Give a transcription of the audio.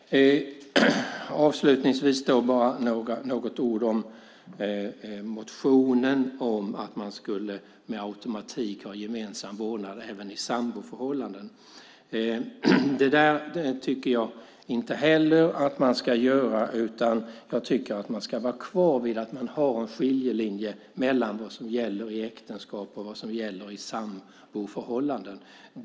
Avslutningsvis något ord om motionen om att man skulle med automatik ha gemensam vårdnad även i samboförhållanden. Jag tycker inte det, utan jag tycker att man ska vara kvar vid att ha en skiljelinje mellan vad som gäller i äktenskap och vad som gäller i samboförhållanden.